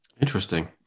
Interesting